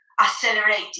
accelerated